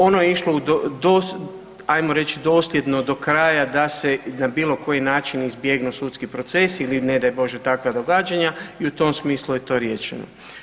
Ono je išlo, ajmo reći dosljedno do kraja da se na bilo koji način izbjegnu sudski procesi ili ne daj Bože, takva događanja i u tom smislu je to rečeno.